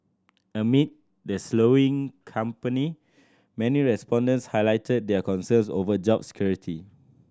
amid the slowing company many respondents highlighted their concerns over job security